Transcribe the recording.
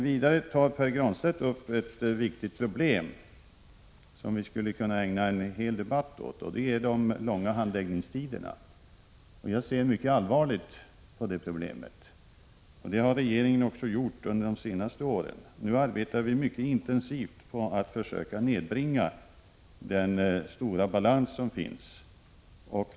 Vidare tar Pär Granstedt upp ett viktigt problem, som vi skulle kunna ägna en hel debatt åt, nämligen de långa handläggningstiderna. Jag ser mycket allvarligt på det problemet. Det har regeringen också gjort under de senaste åren. Nu arbetar vi mycket intensivt på att försöka nedbringa den stora balans som finns.